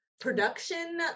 production